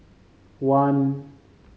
one